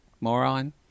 Moron